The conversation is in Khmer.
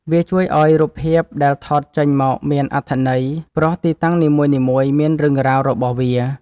វាជួយឱ្យរូបភាពដែលថតចេញមកមានអត្ថន័យ ព្រោះទីតាំងនីមួយៗមានរឿងរ៉ាវរបស់វា។